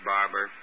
Barber